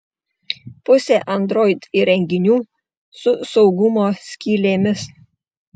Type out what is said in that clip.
pusė android įrenginių su saugumo skylėmis